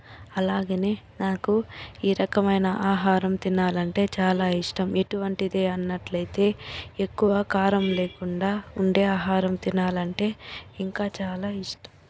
అలాగే నాకు ఈ రకరకమైన ఆహారం తినాలంటే చాలా ఇష్టం ఎటువంటిది అన్నట్లయితే ఎక్కువ కారం లేకుండా ఉండే ఆహారం తినాలంటే ఇంకా చాలా ఇష్టం